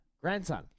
grandson